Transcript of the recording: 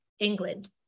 England